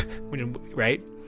right